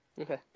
Okay